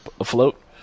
afloat